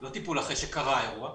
לא טיפול אחרי שקרה האירוע.